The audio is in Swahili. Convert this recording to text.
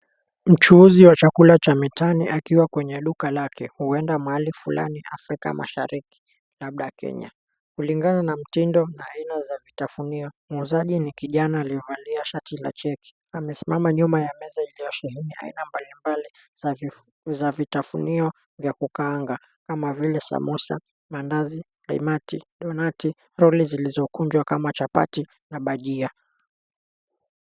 Mchuuzi wa chakula cha mitaani akiwa kwenye duka lake, huenda mahali fulani Afrika Mashariki, labda Kenya. Kulingana na mtindo na aina za vitafunio, muuzaji ni kijana aliyevalia shati la cheki, amesimama nyuma ya meza iliyosheheni aina mbalimbali za vitafunio vya kukaanga kama vile samosa, maandazi, kaimati, donati, roli zilizokunjwa kama chapati na bajia.